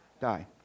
die